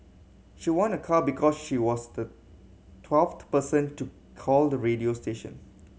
she won a car because she was the twelfth the person to call the radio station